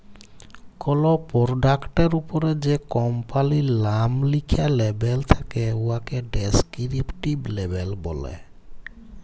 call পরডাক্টের উপরে যে কম্পালির লাম লিখ্যা লেবেল থ্যাকে উয়াকে ডেসকিরিপটিভ লেবেল ব্যলে